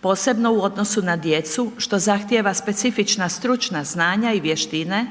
posebno u odnosu na djecu što zahtijeva specifična stručna znanja i vještine